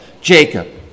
Jacob